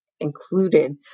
included